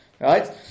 right